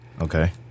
Okay